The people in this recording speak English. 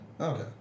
Okay